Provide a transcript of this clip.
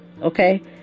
okay